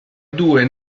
due